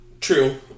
True